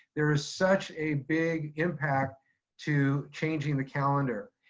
there is such a big impact to changing the calendar.